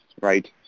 right